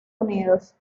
unidos